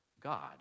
God